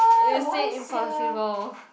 is it impossible